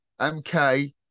MK